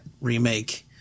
remake